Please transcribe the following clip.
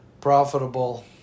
profitable